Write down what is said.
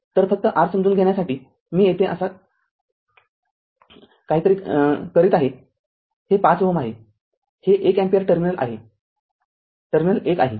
तर फक्त r समजून घेण्यासाठी मी येथे कसा तरी ते तयार करीत आहेहे r ५ Ω आहे हे r एक अँपिअर १ टर्मिनल १ आहे